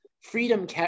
Freedom